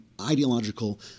ideological